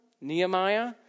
Nehemiah